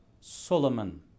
Solomon